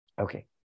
Okay